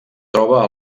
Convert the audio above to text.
troba